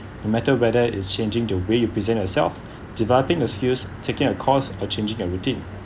no matter whether is changing the way you present yourself developing a skills taking a course or changing a routine